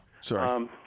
sorry